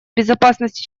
безопасности